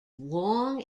long